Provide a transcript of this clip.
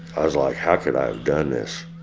i was like, how could i have done this?